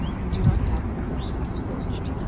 and do not have the crust scorched.